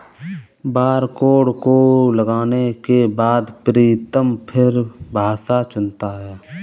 barcode को लगाने के बाद प्रीतम फिर भाषा चुनता है